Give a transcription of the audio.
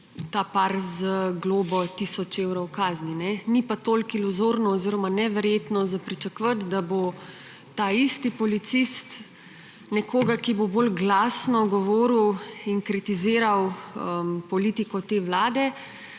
ta par z globo tisoč evrov kazni. Ni pa toliko iluzorno oziroma neverjetno za pričakovati, da bo ta isti policist nekoga, ki bo bolj glasno govoril in kritiziral politiko te vlade,